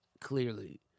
clearly